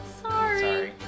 Sorry